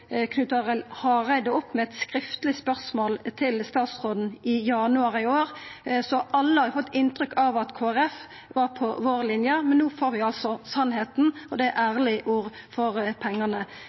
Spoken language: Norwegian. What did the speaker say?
Knut Arild Hareide opp med eit skriftleg spørsmål til statsråden i januar i år. Så alle har fått inntrykk av at Kristeleg Folkeparti var på vår linje, men no får vi altså sanninga – og det er ærlege ord for pengane.